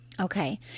Okay